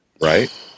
right